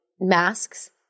masks